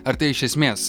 ar tai iš esmės